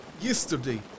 yesterday